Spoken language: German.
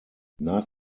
nach